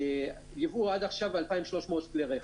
שהם ייבאו עד עכשיו 2,300 כלי רכב.